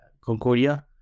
Concordia